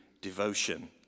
devotion